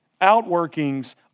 outworkings